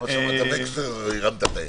שמעת וקסנר הרמת את היד.